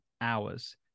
hours